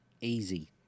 easy